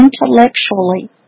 intellectually